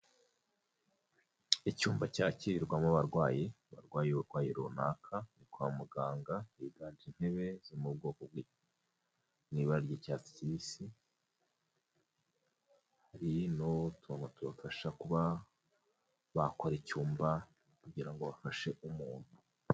Icyumba cyakirirwamo abarwayi barwaye uburwayi runaka, ni kwa muganga, higanje intebe zo mu bwoko mu ibara ry'icyatsi kibisi, hari n'utuntu tubafasha kuba bakora icyumba kugira ngo bafashe umuntu.